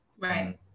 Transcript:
Right